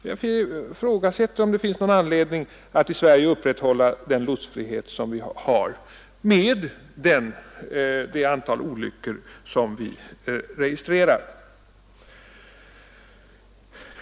Jag ifrågasätter om det finns någon anledning att i Sverige upprätthålla den lotsfrihet vi har med det antal olyckor som vi registrerar.